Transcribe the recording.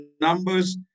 Numbers